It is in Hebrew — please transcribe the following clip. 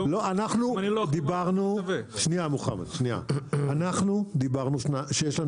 אנחנו דיברנו שנייה דיברנו שיש לנו